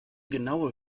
genaue